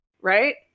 Right